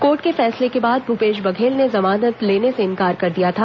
court के फैसले के बाद भूपेश बघेल ने जमानत लेने से इंकार कर दिया था